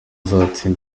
binyuranye